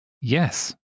Yes